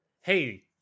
hey